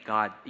God